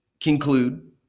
conclude